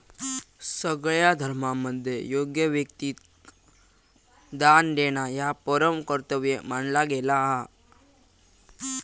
सगळ्या धर्मांमध्ये योग्य व्यक्तिक दान देणा ह्या परम कर्तव्य मानला गेला हा